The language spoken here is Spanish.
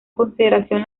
consideración